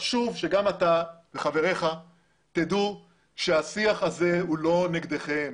חשוב שגם אתה וחבריך תדעו שהשיח הזה הוא לא נגדכם.